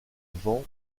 vent